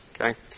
Okay